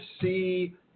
see